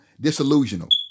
disillusioned